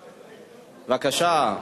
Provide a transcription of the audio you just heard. בבקשה.